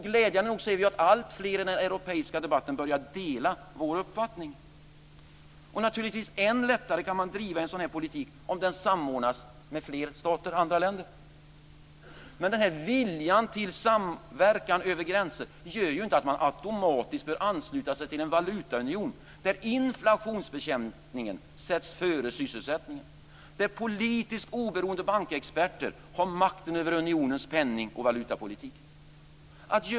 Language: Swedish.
Glädjande nog ser vi att alltfler i den europeiska debatten börjar dela vår uppfattning. Man kan naturligtvis än lättare driva en sådan här politik om den samordnas mellan flera länder, men viljan till samverkan över gränser gör ju inte att man automatiskt bör ansluta sig till en valutaunion där inflationsbekämpningen sätts före sysselsättningen och där politiskt oberoende bankexperter har makten över unionens penning och valutapolitik.